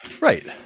Right